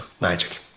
Magic